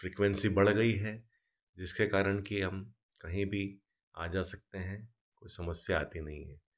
frequency बढ़ गई है जिसके कारण कि हम कहीं भी आ जा सकते हैं कोई समस्या आती नहीं है